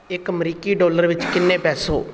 ਇੱਕ ਅਮਰੀਕੀ ਡਾਲਰ ਵਿੱਚ ਕਿੰਨੇ ਪੈਸੇ